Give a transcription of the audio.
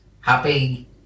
Happy